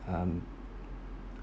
um